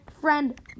friend